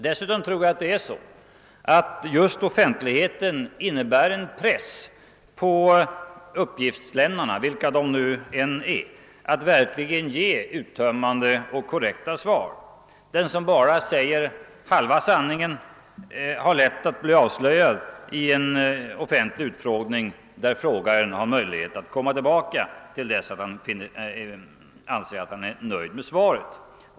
Dessutom tror jag att just offentligheten innebär en press på uppgiftslämnarna — vilka de än är — att verkligen ge uttömmande och korrekta svar. Den som bara säger halva sanningen har lätt att bli avslöjad i en offentlig utfrågning, där frågaren har möjlighet att komma tillbaka till dess att han är nöjd med svaret.